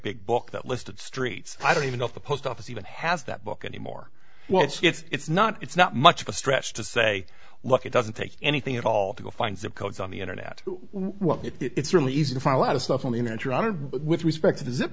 big book that list of streets i don't even know if the post office even has that book anymore well it's not it's not much of a stretch to say look it doesn't take anything at all to go find zip codes on the internet well it's really easy to find a lot of stuff on the internet your honor with respect to the zip